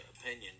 opinion